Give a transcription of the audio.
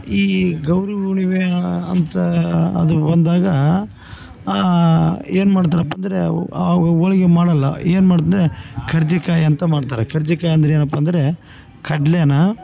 ಈ ಈ ಗೌರಿ ಹುಣ್ಣಿಮೆ ಅಂತ ಅದು ಬಂದಾಗ ಏನ್ಮಾಡ್ತಾರಪ್ಪ ಅಂದರೆ ಅವು ಆವಾ ಹೋಳ್ಗೆ ಮಾಡಲ್ಲ ಏನ್ಮಾಡ್ದೆ ಕಡ್ಜೆಕಾಯಿ ಅಂತ ಮಾಡ್ತಾರೆ ಕಡ್ಜೆಕಾಯಿ ಅಂದರೆ ಏನಪ್ಪ ಅಂದರೆ ಕಡ್ಲೇನ